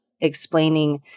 explaining